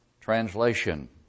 translation